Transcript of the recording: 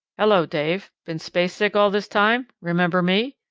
hello, dave. been space-sick all this time? remember me?